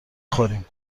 خوریم